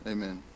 Amen